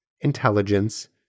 intelligence